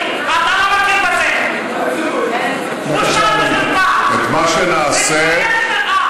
את מה שנעשה,